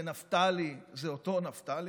ונפתלי הוא אותו נפתלי?